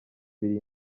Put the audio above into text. biri